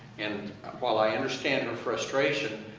and while i understand her frustration,